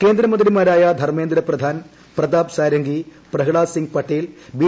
കേന്ദ്രമന്ത്രിമാരായ ധർമേന്ദ്ര പ്രധാൻ പ്രതാപ് സാരംഗി പ്രഹ്ലാദ് സിംഗ് പട്ടേൽ ബി